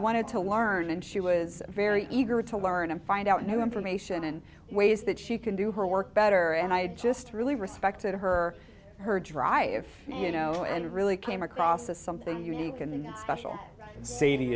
wanted to learn and she was very eager to learn and find out new information in ways that she could do her work better and i just really respected her her dry if you know and really came across as something you can in the special c